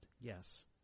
yes